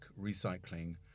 recycling